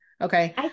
Okay